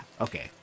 okay